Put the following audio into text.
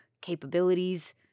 capabilities